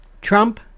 Trump